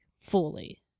fully